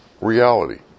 reality